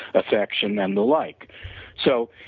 affection, and the like so,